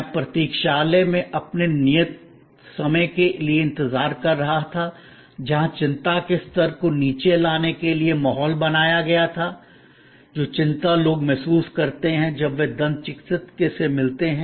मैं प्रतीक्षालय में अपने नियत समय के लिए इंतजार कर रहा था जहां चिंता के स्तर को नीचे लाने के लिए माहौल बनाया गया था जो चिंता लोग महसूस करते हैं जब वे दंत चिकित्सक से मिलते हैं